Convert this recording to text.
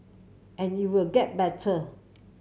and it will get better